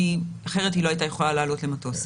כי אחרת היא לא הייתה יכולה לעלות למטוס.